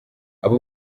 aba